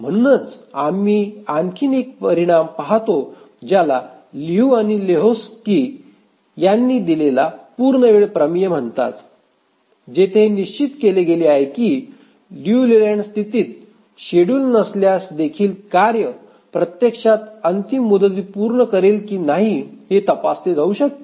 म्हणूनच आम्ही आणखी एक परिणाम पाहतो ज्याला लिऊ आणि लेहोक्स्की यांनी दिलेला पूर्ण वेळ प्रमेय म्हणतात जिथे हे निश्चित केले गेले आहे की लियू लेलँड स्थितीत शेड्युल नसल्यासदेखील कार्ये प्रत्यक्षात अंतिम मुदती पूर्ण करेल की नाही हे तपासले जाऊ शकते